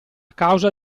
causa